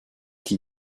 qui